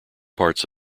parts